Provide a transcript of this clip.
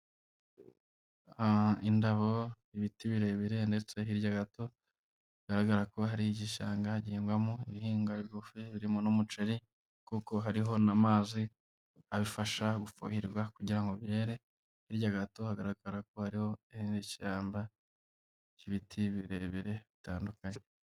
Indabo, ibiti birebire, ndetse hirya gato bigaragara ko hari igishanga gihingwamo ibihinga bigufi birimo n'umuceri kuko hariho n'amazi abifasha gufuhirwa kugira ngo byere, hirya gato bigaragara ko hariho n'ishyamba ry'ibiti birebire bitandukanye.